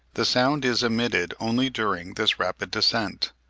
the sound is emitted only during this rapid descent.